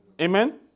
Amen